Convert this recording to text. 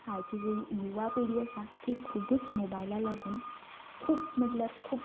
आयची जी युवा पिडी आसा ती खुबूच मोबायला लागून खूब म्हणल्यार खूब